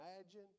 imagine